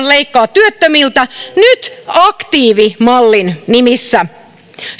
leikkaa työttömiltä nyt aktiivimallin nimissä